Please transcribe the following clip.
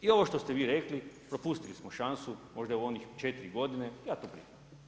I ovo što ste vi rekli, propustili smo šansu, možda u onih 4 godine, ja to priznam.